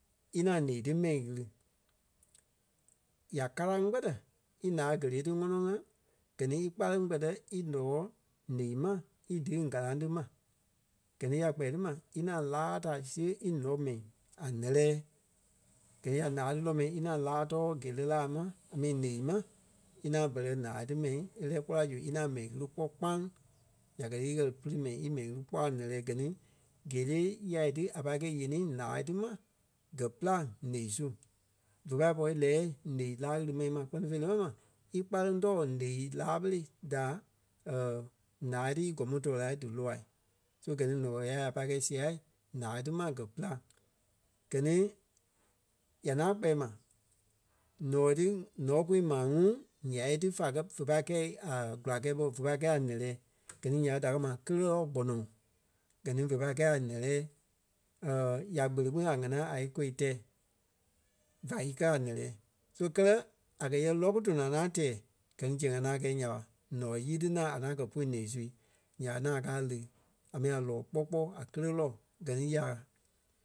í ŋaŋ ǹeɣii ti mɛi ɣiri. Ya kalaŋ kpɛtɛ ílaa géle ti ŋɔnɔ ŋa, gɛ ní í kpáleŋ kpɛtɛ í ǹɔɔ ǹeɣii ma í deɣiiŋ galaŋ ti ma. Gɛ ni ya kpɛɛ ti ma, í ŋaŋ láa ta siɣe í ǹɔ́ mɛi a lɛ́lɛɛ. Gɛ́ɛ ya láa ti lɔ mɛi í ŋaŋ láa tɔɔ géle laa ma a mi ǹeɣii ma í ŋaŋ bɛlɛ ǹaa ti mɛi e lɛ́ɛ kpɔ́ la zu í ŋaŋ mɛi ɣiri kpɔ́ kpãŋ. Ya gɛ ti í ɣɛli pili mɛi imɛi ɣiri kpɔ́ a ǹɛ́lɛɛ. Gɛ ni géle yá ti a pai kɛi yenii ǹaa ti ma gɛ pîlaŋ ǹeɣii su. Ve pai pɔri lɛ́ɛ ǹeɣii laa ɣiri mɛni ma kpɛ́ni fêi lé mɛni ma, í kpáleŋ tɔɔ ǹeɣii laɓelei da ǹaa ti í gɔ̂ŋ mu tɔɔ la díloai. So gɛ ni ǹɔɔ yá a pai kɛi sia ǹaa tí ma gɛ pîlaŋ. Gɛ ni ya ŋaŋ kpɛɛ ma ǹɔɔ ti ǹɔ́kui maa ŋuŋ ǹyai ti fá kɛ fé pai kɛi a gula kɛɛ polu. Fé pai kɛi a ǹɛ́lɛɛ. Gɛ ni nya ɓé da kɛ́ ma géle lɔɔ gbɔnɔŋ. Gɛ ni ve pai kɛi a ǹɛ́lɛɛ ya kpele kpîŋ a ŋanaa a íkoi tɛɛ. Vá í kɛ̀ a ǹɛ́lɛɛ. So kɛlɛ a kɛ̀ yɛ lɔku tɔnɔ a ŋaŋ tɛɛ gɛ ni zɛŋ a ŋaŋ kɛi nya ɓa ǹɔɔ nyiti ŋaŋ a ŋaŋ kɛ pui ǹeɣii sui ya ɓé ŋaŋ a kaa lí a mi a lɔɔ kpɔ́ kpɔɔi a kéle lɔɔ. Gɛ ni ya